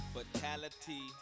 Fatality